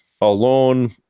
alone